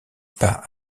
pas